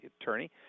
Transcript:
attorney